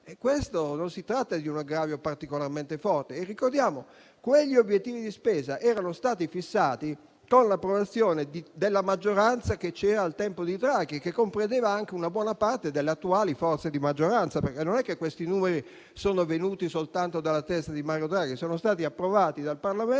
miliardi) non si tratta di un aggravio particolarmente forte. Ricordiamo che quegli obiettivi di spesa erano stati fissati con l'approvazione della maggioranza che c'era al tempo di Draghi, che comprendeva anche una buona parte delle attuali forze di maggioranza, perché non è che questi numeri siano usciti soltanto dalla testa di Mario Draghi: sono stati approvati da una